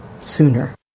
sooner